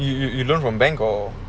you you you you loan from bank or